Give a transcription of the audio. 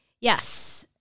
Yes